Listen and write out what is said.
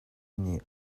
nih